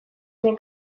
ginen